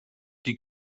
die